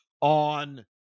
on